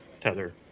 tether